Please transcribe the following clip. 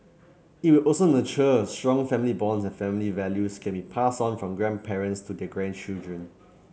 it will also nurture strong family bonds and family values can be passed on from grandparents to their grandchildren